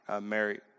Mary